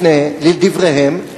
לדבריהם,